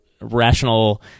rational